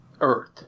Earth